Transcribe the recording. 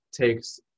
takes